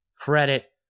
credit